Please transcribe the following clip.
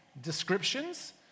descriptions